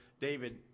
David